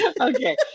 Okay